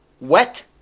Wet